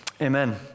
amen